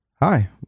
Hi